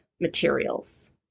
materials